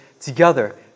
together